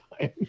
time